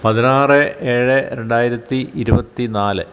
പതിനാറ് ഏഴ് രണ്ടായിരത്തി ഇരുപത്തിനാല്